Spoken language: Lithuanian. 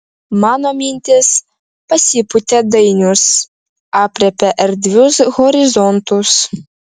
mano mintys pasipūtė dainius aprėpia erdvius horizontus